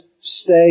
stay